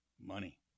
Money